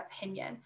opinion